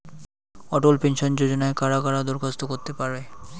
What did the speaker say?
অটল pension যোজনায় কারা কারা দরখাস্ত করতে পারে?